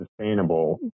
sustainable